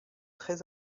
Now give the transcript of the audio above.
très